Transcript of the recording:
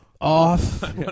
Off